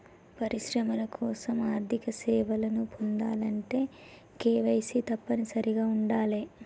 పరిశ్రమల కోసం ఆర్థిక సేవలను పొందాలంటే కేవైసీ తప్పనిసరిగా ఉండాలే